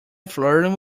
flirting